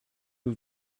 nous